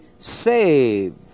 saved